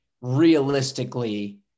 realistically